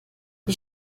die